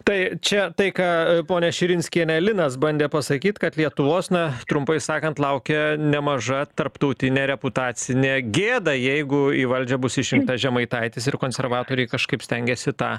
tai čia tai ką ponia širinskiene linas bandė pasakyt kad lietuvos na trumpai sakant laukia nemaža tarptautinė reputacinė gėda jeigu į valdžią bus išrinktas žemaitaitis ir konservatoriai kažkaip stengiasi tą